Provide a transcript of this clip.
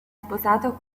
sposato